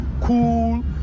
cool